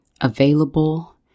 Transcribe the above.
available